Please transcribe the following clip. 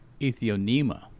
Ethionema